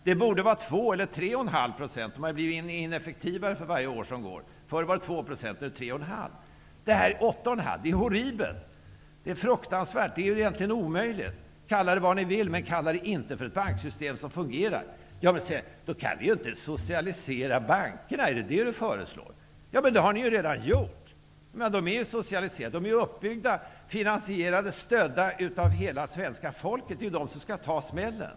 Det borde vara 2 eller 3,5 %. De har blivit ineffektivare för varje år. Förr var skillnaden 2 %, och nu är den 8,5 %. Det är horribelt, fruktansvärt, omöjligt -- kalla det vad ni vill, men kalla det inte för ett banksystem som fungerar! Då säger man: Vi kan inte socialisera bankerna -- är det vad du föreslår? Men det har ni ju redan gjort! Bankerna är socialiserade. De är uppbyggda, finansierade och stödda av hela svenska folket, som skall ta smällen.